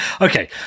Okay